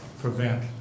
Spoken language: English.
prevent